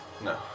No